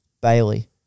Bailey